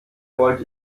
wollte